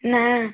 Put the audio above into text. ନା